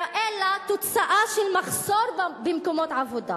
אלא תוצאה של מחסור במקומות עבודה,